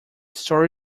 story